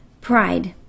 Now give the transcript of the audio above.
Pride